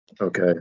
Okay